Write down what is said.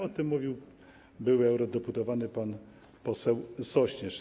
O tym mówił były eurodeputowany pan poseł Sośnierz.